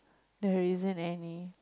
there isn't any